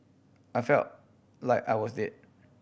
I felt like I was dead